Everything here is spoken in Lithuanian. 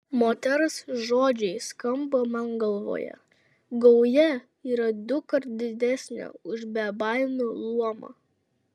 moters žodžiai skamba man galvoje gauja yra dukart didesnė už bebaimių luomą